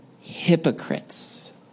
hypocrites